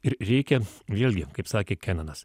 ir reikia vėlgi kaip sakė kenanas